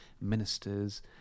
ministers